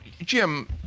Jim